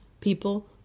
People